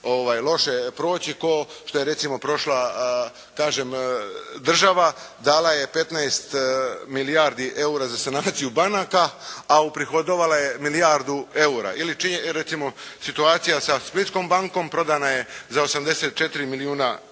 loše proći kao što je recimo prošla kažem država, dala je 15 milijardi eura za sanaciju banaka a uprihodovala je milijardu eura. Ili situacija sa Splitskom bankom prodana je za 84 milijuna eura